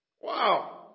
Wow